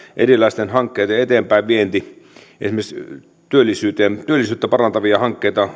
erilaisten hankkeiden eteenpäinvientiä esimerkiksi työllisyyttä parantavia hankkeita